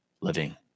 living